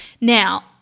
Now